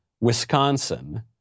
Wisconsin